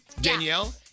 Danielle